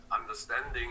understanding